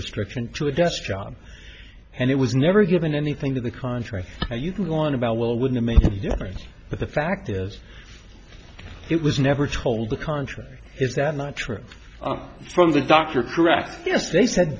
restriction to a desk job and it was never given anything to the contrary you can go on about well it wouldn't make any difference but the fact is it was never told the contrary is that not true from the doctor correct yes they said